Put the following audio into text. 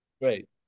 Great